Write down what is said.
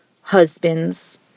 husbands